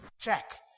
Check